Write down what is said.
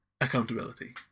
accountability